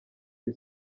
iri